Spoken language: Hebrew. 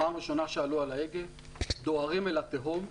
פעם ראשונה שעלו על ההגה, דוהרים אל התהום,